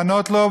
לענות לו,